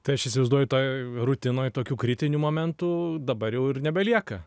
tai aš įsivaizduoju toj rutinoj tokių kritinių momentų dabar jau ir nebelieka